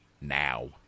now